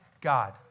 God